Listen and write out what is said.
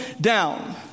down